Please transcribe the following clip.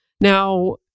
Now